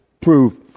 proof